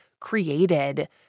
created